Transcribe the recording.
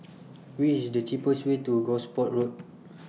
What IS The cheapest Way to Gosport Road